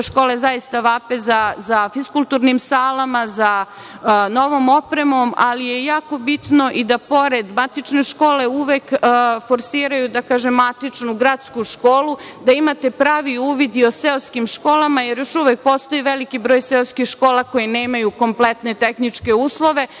škole zaista vape za fiskulturnim salama, za novom opremom, ali je jako bitno i da pored matične škole uvek forsiraju matičnu gradsku školu, da imate pravi uvid i o seoskim školama, jer još uvek postoji veliki broj seoskih škola koje nemaju kompletne tehničke uslove. Ja